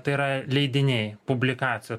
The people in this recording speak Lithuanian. tai yra leidiniai publikacija